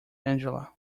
angela